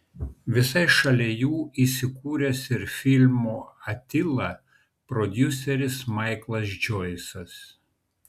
visai šalia jų įsikūręs ir filmo atila prodiuseris maiklas džoisas